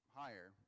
higher